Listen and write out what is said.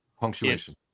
punctuation